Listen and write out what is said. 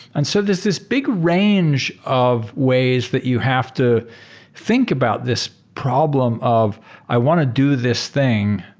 and so this this big range of ways that you have to think about this problem of i want to do this thing.